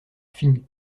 fine